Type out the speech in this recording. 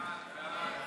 סעיפים 1